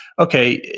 okay,